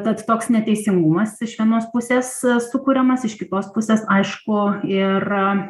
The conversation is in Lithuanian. tad toks neteisingumas iš vienos pusės sukuriamas iš kitos pusės aišku ir